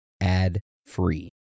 ad-free